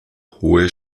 hohe